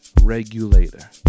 regulator